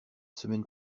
semaine